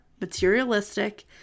materialistic